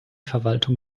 verwaltung